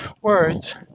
words